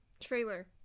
Trailer